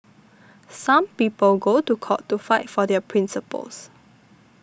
some people go to court to fight for their principles